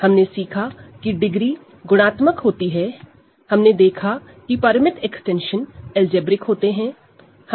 हमने सीखा की डिग्री गुणात्मक होती है हमने देखा की फाइनाइट एक्सटेंशन अलजेब्रिक होते हैं